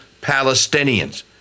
Palestinians